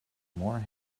more